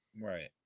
Right